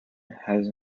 has